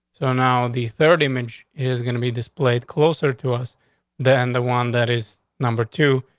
so now the third image is gonna be displayed closer to us than the one that is number two.